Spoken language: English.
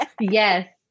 Yes